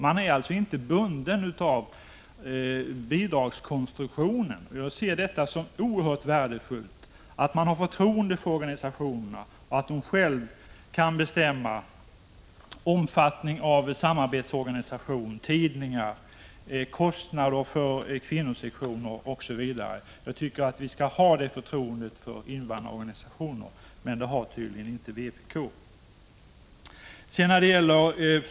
De är inte bundna av bidragskonstruktionen. Jag ser detta som oerhört värdefullt — att man har förtroende för organisationerna och att de själva får bestämma omfattningen av samarbetsorganisation, tidningar, kostnader för kvinnosektioner och så vidare. Jag tycker att vi skall ha det förtroendet för invandrarorganisationerna att de själva får göra denna uppdelning — men det har tydligen inte vpk.